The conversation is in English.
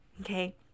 Okay